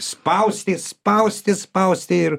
spausti spausti spausti ir